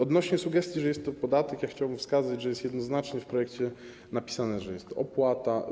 Odnośnie do sugestii, że jest to podatek, chciałbym wskazać, że jest jednoznacznie w projekcie napisane, że jest to opłata.